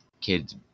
kids